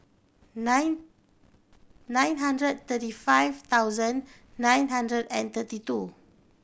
nine nine hundred thirty five thousand nine hundred and thirty two